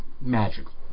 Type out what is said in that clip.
magical